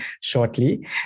shortly